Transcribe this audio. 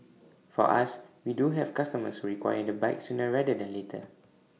for us we do have customers who require the bike sooner rather than later